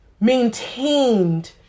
maintained